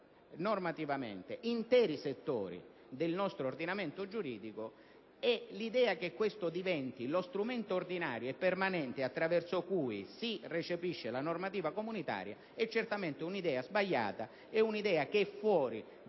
normativamente interi settori del nostro ordinamento giuridico, e che questo diventi lo strumento ordinario e permanente attraverso cui si recepisce la normativa comunitaria è certamente sbagliata, al di fuori